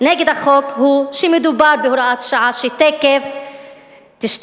נגד החוק הוא שמדובר בהוראת שעה שתיכף תשתנה.